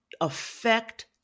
affect